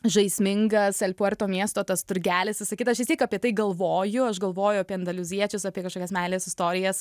žaismingas el puerto miesto tas turgelis visą kitą vis tiek apie tai galvoju aš galvoju apie andaliuziečius apie kažkokias meilės istorijas